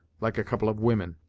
like a couple of women,